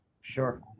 Sure